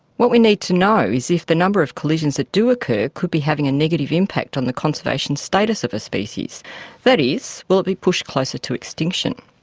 what we need to know is if the number of collisions that do occur could be having a negative impact on the conservation status of a species that is, will it be pushed closer to extinction?